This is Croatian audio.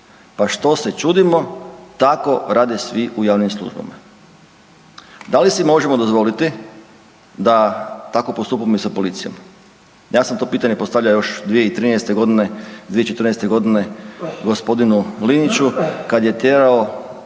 Pa što se čudimo tako rade svi u javnim službama. Da li si možemo dozvoliti da tako postupamo i sa policijom? Ja sam to pitanje postavljao još 2013. godine, 2014. godine gospodinu Liniću kad je tjerao